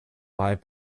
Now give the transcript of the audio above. five